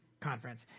Conference